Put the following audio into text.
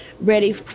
ready